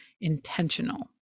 intentional